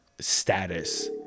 status